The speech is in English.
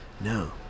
no